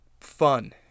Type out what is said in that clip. fun